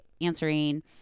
answering